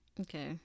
okay